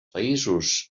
països